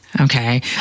Okay